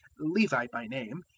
levi by name,